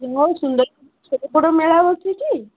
ବହୁତ ସୁନ୍ଦର ସେଇପଟୁ ମେଳା ବସିଛି